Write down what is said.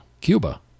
Cuba